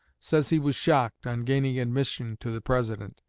says he was shocked, on gaining admission to the president,